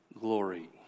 glory